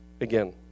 again